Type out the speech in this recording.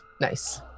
Nice